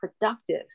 productive